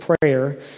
prayer